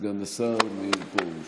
סגן השר פרוש.